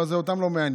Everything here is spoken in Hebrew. אבל זה אותם לא מעניין.